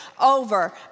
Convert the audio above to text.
over